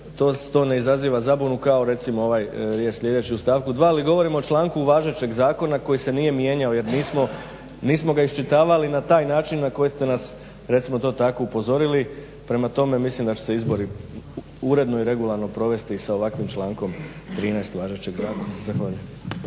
to ne izaziva zabunu kao recimo ova riječ sljedeći u stavku 2. Ali govorim o članku važećeg zakona koji se nije mijenjao jer nismo ga iščitavali na taj način na koji ste nas recimo to tako upozorili. Prema tome, mislim da će se izbori uredno i regularno provesti i sa ovakvim člankom 13. važećeg zakona. Zahvaljujem.